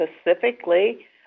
specifically